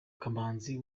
kamanzi